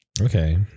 Okay